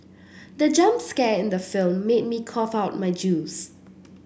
the jump scare in the film made me cough out my juice